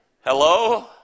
Hello